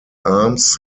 arms